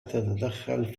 تتدخل